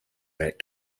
right